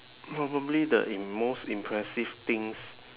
probably the im~ most impressive things